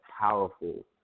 powerful